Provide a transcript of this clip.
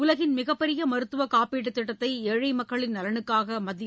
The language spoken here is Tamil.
உலகின் மிகப்பெரிய மருத்துவக் காப்பீட்டுத்திட்டத்தை ஏழை மக்களின் நலனுக்காக மத்திய